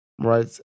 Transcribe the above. right